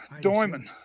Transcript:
Diamond